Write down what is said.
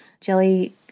jelly